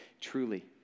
truly